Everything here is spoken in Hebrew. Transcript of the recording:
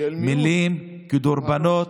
מילים כדורבנות.